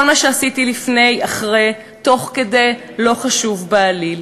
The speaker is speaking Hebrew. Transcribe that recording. כל מה שעשיתי לפני, אחרי, תוך כדי, לא חשוב בעליל.